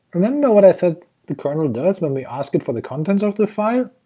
remember what i said the kernel does when we ask it for the contents of the file?